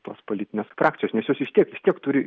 tos politinės frakcijos nes jos iš tiek vis tiek turi